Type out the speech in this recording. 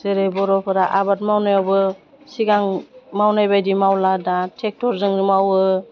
जेरै बर'फोरा आबाद मावनायावबो सिगां मावनाय बायदि मावला दा टेक्टरजोंनो मावो